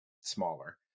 smaller